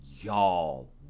y'all